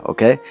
Okay